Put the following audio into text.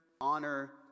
honor